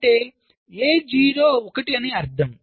అంటే A0 1 అన్ని అర్థం